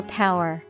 power